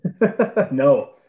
No